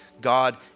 God